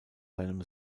seinem